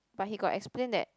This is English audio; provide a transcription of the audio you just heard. but he got explain that